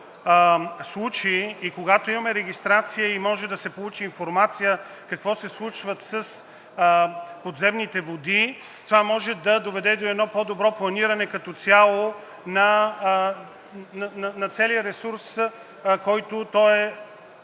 когато имаме регистрация и може да се получи информация какво се случва с подземните води, това може да доведе до едно по-добро планиране като цяло на целия ресурс, който е